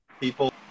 people